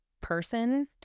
person